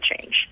change